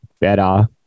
better